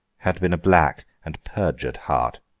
had been a black and perjured heart,